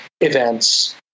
events